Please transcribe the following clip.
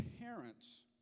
parents